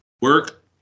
work